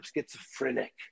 schizophrenic